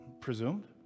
presumed